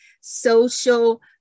social